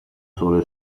sole